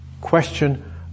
Question